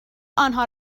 آنها